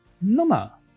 Nummer